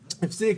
הפסיק,